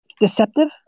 deceptive